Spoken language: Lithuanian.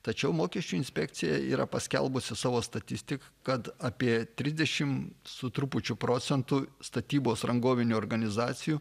tačiau mokesčių inspekcija yra paskelbusi savo statistiką kad apie trisdešimt su trupučiu procentų statybos rangovinių organizacijų